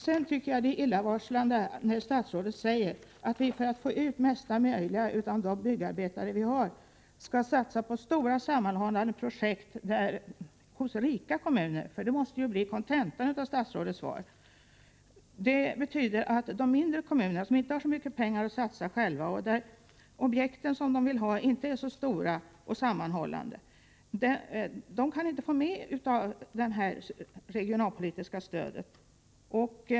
Jag tycker att det är illavarslande när statsrådet säger att vi för att få ut mesta möjliga av de byggarbetare vi har skall satsa på stora sammanhållna projekt hos rika kommuner, för det måste bli kontentan av statsrådets svar. Det betyder att de mindre kommunerna, som inte har så mycket pengar att satsa själva och som vill ha objekt som inte är så stora och sammanhållna, inte kan få något med av det regionalpolitiska stödet.